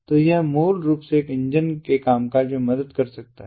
तो यह मूल रूप से एक इंजन के कामकाज में मदद कर सकता है